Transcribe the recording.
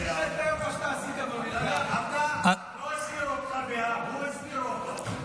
לא הזכירו אותך בהאג, אותו הזכירו.